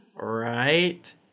right